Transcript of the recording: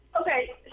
okay